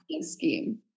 scheme